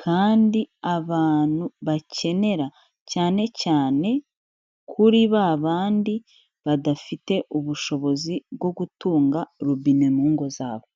kandi abantu bakenera cyane cyane kuri ba bandi badafite ubushobozi bwo gutunga robine mu ngo zabo.